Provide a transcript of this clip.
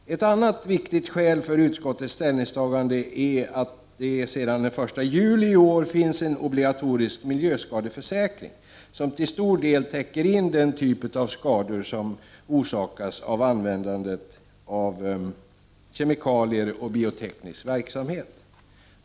Ett annat viktigt skäl för utskottets ställningstagande är att det sedan den 1 juli i år finns en obligatorisk miljöskadeförsäkring, som till stor del täcker in den typ av skador som orsakas av användandet av kemikalier och bioteknisk verksamhet.